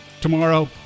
Tomorrow